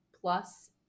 plus